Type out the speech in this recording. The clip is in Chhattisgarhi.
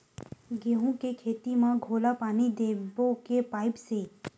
गेहूं के खेती म घोला पानी देबो के पाइप से?